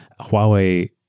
Huawei